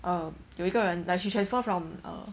err 有一个人 like she transfer from err